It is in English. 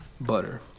butter